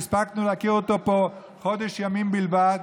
שהספקנו להכיר אותו פה חודש ימים בלבד,